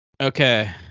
Okay